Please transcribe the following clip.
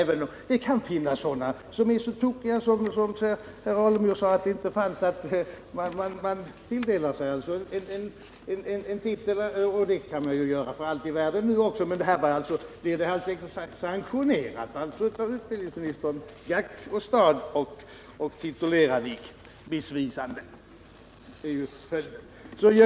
Och det kan ju finnas sådana — även om herr Alemyr sade att det inte finns det -— som är så tokiga att de tilldelar sig själva en akademisk titel. Det kan man ju för allt i världen göra nu också, men nu får vi alltså en sanktionering av utbildningsministern: Gack åstad och titulera dig missvisande!